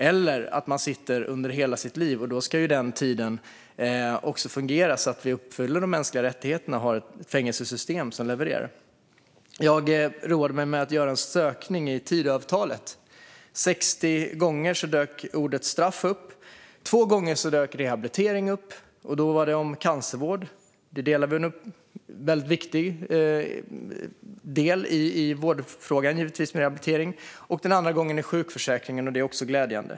Om man sitter hela sitt liv ska den tiden fungera så att vi uppfyller mänskliga rättigheter med ett fängelsesystem som levererar. Jag roade mig med att göra en sökning i Tidöavtalet. 60 gånger dök ordet straff upp. 2 gånger dök ordet rehabilitering upp. Den ena gången gällde det cancervård, och rehabilitering är givetvis en viktig del av vårdfrågan. Den andra gången i sjukförsäkringen, och det är också glädjande.